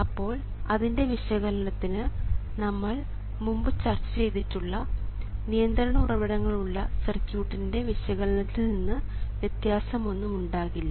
അപ്പോൾ അതിൻറെ വിശകലനത്തിന് നമ്മൾ മുമ്പ് ചർച്ച ചെയ്തിട്ടുള്ള നിയന്ത്രണ ഉറവിടങ്ങൾ ഉള്ള സർക്യൂട്ടിൻറെ വിശകലനത്തിൽ നിന്നും വ്യത്യാസമൊന്നും ഉണ്ടാകില്ല